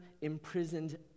imprisoned